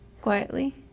quietly